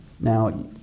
Now